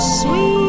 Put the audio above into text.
sweet